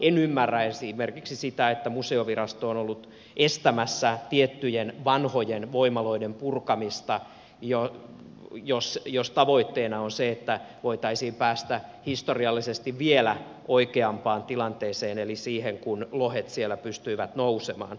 en ymmärrä esimerkiksi sitä että museovirasto on ollut estämässä tiettyjen vanhojen voimaloiden purkamista jos tavoitteena on se että voitaisiin päästä historiallisesti vielä oikeampaan tilanteeseen eli siihen kun lohet siellä pystyivät nousemaan